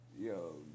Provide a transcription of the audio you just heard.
yo